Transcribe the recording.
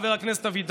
חבר הכנסת אבידר,